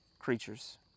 creatures